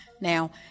Now